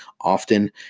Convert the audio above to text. often